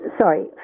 Sorry